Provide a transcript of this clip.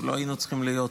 ולא היינו צריכים להיות פה.